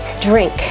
drink